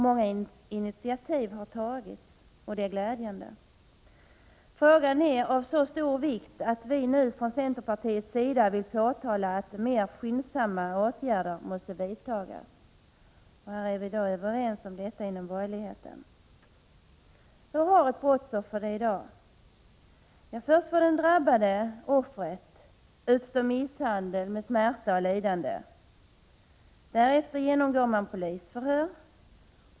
Många initiativ har tagits. Det är glädjande. Frågan är av så stor vikt att vi från centerpartiets sida nu vill påtala att skyndsamma åtgärder måste vidtas. Inom borgerligheten är vi överens om det. Hur har ett brottsoffer det i dag? Först får den drabbade, offret, utstå misshandel med smärta och lidande. Därefter genomgår vederbörande polisförhör.